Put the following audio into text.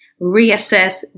reassess